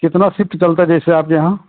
कितना सिफ्ट चलता है जैसे आपके यहाँ